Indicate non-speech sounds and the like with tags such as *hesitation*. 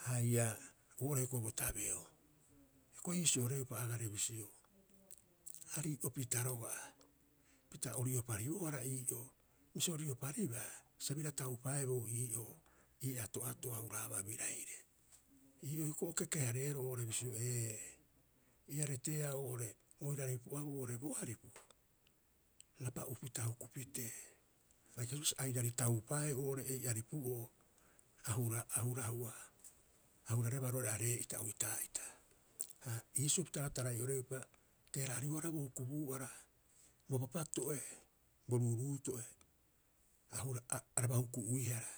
haia oo'ore hioko'i bo tabeo. Hioko'i iisioreupa agare bisio, arii'opita roga'a opita o rioparibohara ii'oo. Bisio o rioparibaa sa bira taupaeboo ii'oo ii ato'ato a huraaba biraire. Ii'oo hioko'i o keke- hareero oo'ore bisio ee, ia reteea oo'ore oiraarei pu'abuu oo'ore bo aripu rapa'upita huku pitee. A bai kasibaa sa airari taupaeeu oo'ore ei aripu'oo a hura a hurahua, a hurarebaa roo'ore aree'ita oitaa'ita. Ha iisio pita aga tarai'oreupa, a teera'aribohara bo hkubuu'ara, bo papato'e, bo ruuruuto'e *hesitation* araba huku'uihara,